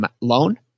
loan